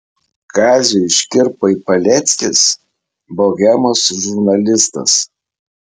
kaziui škirpai paleckis bohemos žurnalistas